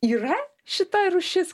yra šita rūšis